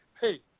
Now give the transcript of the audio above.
hey